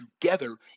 together